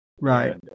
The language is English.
Right